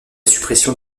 suppression